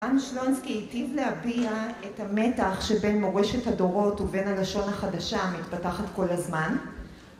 אבן שלונסקי היטיב להביע את המתח שבין מורשת הדורות ובין הלשון החדשה המתפתחת כל הזמן